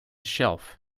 shelf